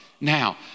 now